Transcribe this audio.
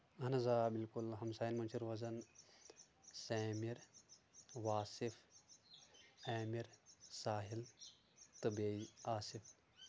اہن حظ آ بِالکُل ہمساین منٛز چھِ روزان سیمِر واصِف عامِر ساحِل تہٕ بیٚیہِ آصِف